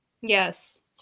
Yes